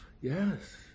Yes